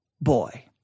boy